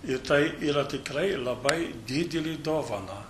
ir tai yra tikrai labai didelė dovana